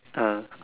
ah